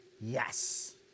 yes